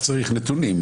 רק צריך נתונים.